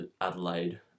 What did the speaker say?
Adelaide